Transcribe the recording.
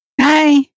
Hi